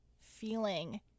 feeling